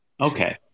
Okay